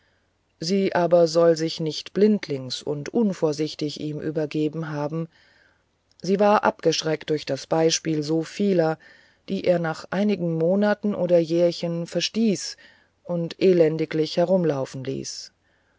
sie aber soll sich nicht blindlings und unvorsichtig ihm übergeben haben sie war abgeschreckt durch das beispiel so vieler die er nach einigen monaten oder jährchen verstieß und elendiglich herumlaufen ließ